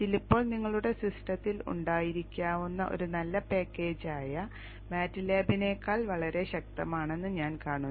ചിലപ്പോൾ നിങ്ങളുടെ സിസ്റ്റത്തിൽ ഉണ്ടായിരിക്കാവുന്ന ഒരു നല്ല പാക്കേജായ MATLAB നേക്കാൾ വളരെ ശക്തമാണെന്ന് ഞാൻ കാണുന്നു